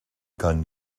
gun